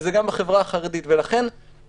וזה גם בחברה החרדית וגם בחברה הערבית.